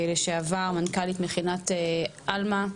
לשעבר מנכ"לית מכינת עלמה.